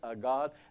God